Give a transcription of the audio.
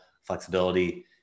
flexibility